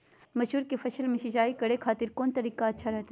मसूर के फसल में सिंचाई करे खातिर कौन तरीका अच्छा रहतय?